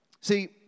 See